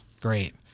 great